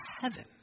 heaven